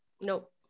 nope